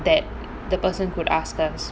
that the person could ask us